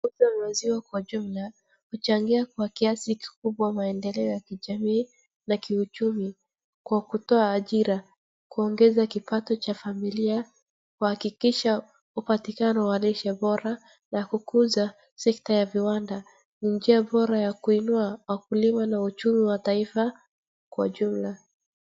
Maziwa kwa jumla huchangia kwa kiasi kikubwa maendeleo ya kijamii na kiuchumi kwa kutoa ajira ,kuongeza kipato cha familia kuhakikisha upatikano wa lishe bora na kukuza sekta ya viwanda ni njia bora ya kuinua wakulima na uchumi wa taifa kwa jumla.